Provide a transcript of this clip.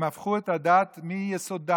הם הפכו את הדת מיסודה,